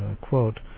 quote